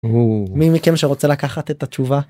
מי מכם שרוצה לקחת את התשובה.